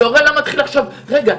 שההורה לא יתחיל לחשוב: רגע,